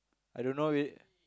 I don't know we